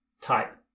type